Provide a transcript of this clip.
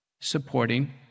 supporting